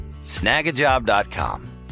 snagajob.com